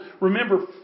remember